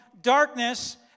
darkness